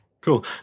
Cool